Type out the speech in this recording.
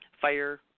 fire